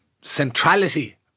centrality